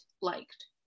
liked